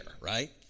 right